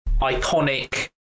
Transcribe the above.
iconic